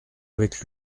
avec